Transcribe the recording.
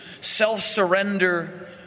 self-surrender